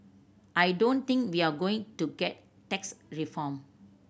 I don't think we're going to get tax reform